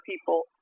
people